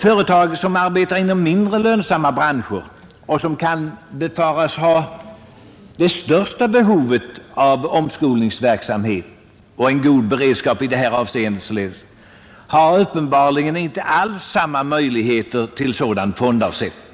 Företag inom mindre lönsamma branscher, som kan befaras ha det största behovet av omskolningsverksamhet och således borde ha god beredskap i detta avseende, har uppenbarligen inte alls samma möjligheter till sådan fondavsättning.